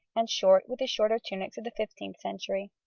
and short with the shorter tunics of the fifteenth century.